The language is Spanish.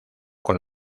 con